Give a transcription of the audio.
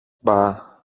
μπα